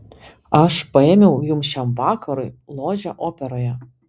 aš paėmiau jums šiam vakarui ložę operoje